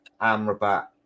Amrabat